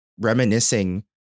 reminiscing